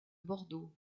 bordeaux